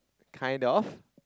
kind of